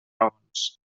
raons